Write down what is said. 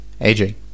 aging